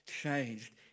changed